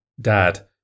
Dad